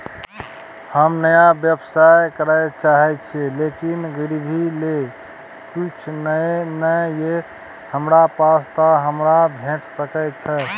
हम नया व्यवसाय करै चाहे छिये लेकिन गिरवी ले किछ नय ये हमरा पास त हमरा भेट सकै छै?